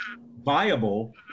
viable